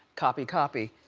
copy, copy.